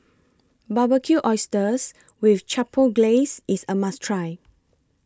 Barbecued Oysters with Chipotle Glaze IS A must Try